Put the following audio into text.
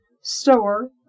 Store